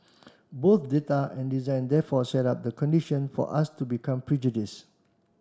both data and design therefore set up the condition for us to become prejudiced